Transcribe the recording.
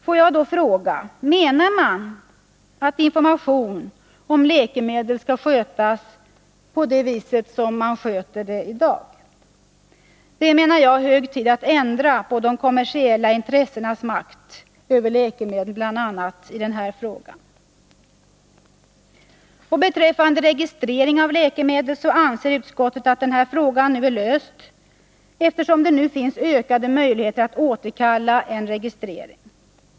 Får jag fråga utskottets talesman: Menar utskottet att information om läkemedel skall skötas så som det sköts i dag? Det är, menar jag, hög tid att ändra på de kommersiella intressenas makt över läkemedlen, bl.a. i denna fråga. Utskottet anser att frågan om registrering av läkemedel är löst, eftersom det nu finns ökade möjligheter att återkalla en registrering.